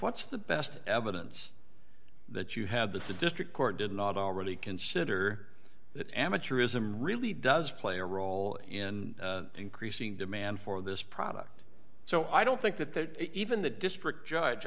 what's the best evidence that you have that the district court did not already consider that amateurism really does play a role in increasing demand for this product so i don't think that even the district judge